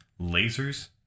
lasers